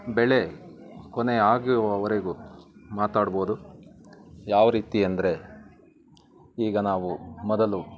ಬೆಳೆ ಕೊನೆ ಆಗುವವರೆಗೂ ಮಾತಾಡ್ಬೋದು ಯಾವ ರೀತಿ ಅಂದರೆ ಈಗ ನಾವು ಮೊದಲು